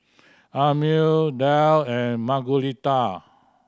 Amil Dale and Margueritta